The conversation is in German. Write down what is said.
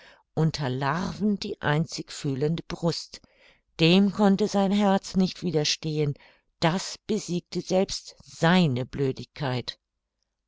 unter larven die einzig fühlende brust dem konnte sein herz nicht widerstehen das besiegte selbst seine blödigkeit